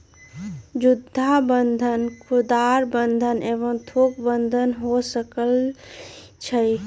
जुद्ध बन्धन खुदरा बंधन एवं थोक बन्धन हो सकइ छइ